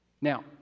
Now